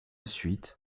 suite